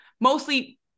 mostly